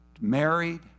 Married